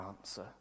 answer